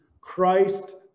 Christ